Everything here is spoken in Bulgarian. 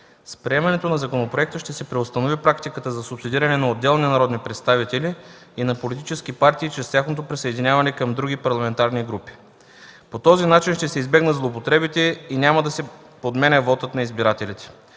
С приемането на законопроекта ще се преустанови практиката за субсидиране на отделни народни представители и на политически партии чрез тяхното присъединяване към други парламентарни групи. По този начин ще се избегнат злоупотребите и няма да се подменя вотът на избирателите.